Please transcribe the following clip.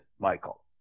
Michael